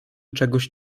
czegoś